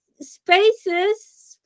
spaces